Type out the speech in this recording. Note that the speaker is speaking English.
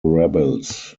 rebels